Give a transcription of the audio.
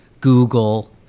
Google